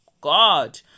god